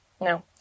No